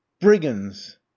Brigands